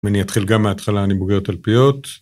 ואני אתחיל גם מההתחלה אני בוגר תלפיות.